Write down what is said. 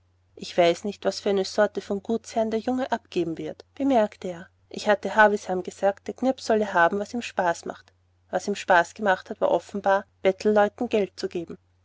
ich weiß nicht was für eine sorte von gutsherren der junge abgeben wird bemerkte er ich hatte havisham gesagt der knirps solle haben was ihm spaß macht und was ihm spaß gemacht war offenbar bettelleuten geld zu geben